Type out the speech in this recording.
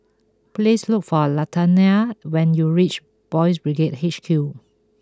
please look for Latanya when you reach Boys' Brigade H Q